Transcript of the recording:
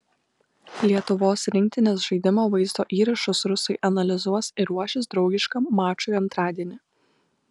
lietuvos rinktinės žaidimo vaizdo įrašus rusai analizuos ir ruošis draugiškam mačui antradienį